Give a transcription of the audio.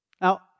Now